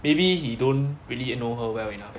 maybe he don't really know her well enough